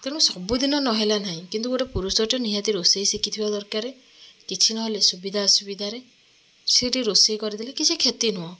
ତେଣୁ ସବୁଦିନ ନ ହେଲା ନାହିଁ କିନ୍ତୁ ଗୋଟେ ପୁରଷଟେ ନିହାତି ରୋଷେଇ ଶିଖିଥିବା ଦରକାର କିଛି ନହଲେ ସୁବିଧା ଅସୁବିଧାରେ ସେ ଟିକେ ରୋଷେଇ କରିଦେଲେ କିଛି କ୍ଷତି ନୁହଁ